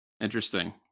Interesting